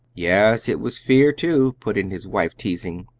yes, it was fear, too, put in his wife, teasing.